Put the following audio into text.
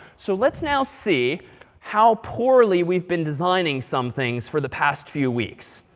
so let's now see how poorly we've been designing some things for the past few weeks.